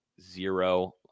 zero